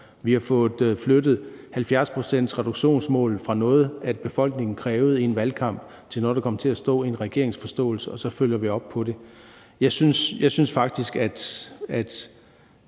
Vi har fået flyttet 70-procentsreduktionsmålet fra noget, som befolkningen krævede i en valgkamp, til noget, der kom til at stå i en regeringsforståelse, og så følger vi op på det. Jeg synes faktisk, at